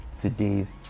today's